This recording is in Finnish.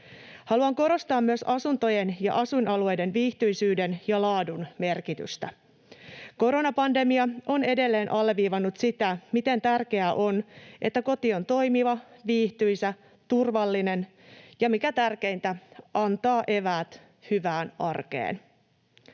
Haluan korostaa myös asuntojen ja asuinalueiden viihtyisyyden ja laadun merkitystä. Koronapandemia on edelleen alleviivannut sitä, miten tärkeää on, että koti on toimiva, viihtyisä ja turvallinen ja — mikä tärkeintä — antaa eväät hyvään arkeen.